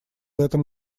этом